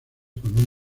con